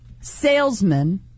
salesman